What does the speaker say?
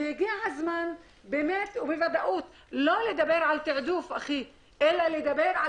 הגיע הזמן לא לדבר על תעדוף אלא לדבר על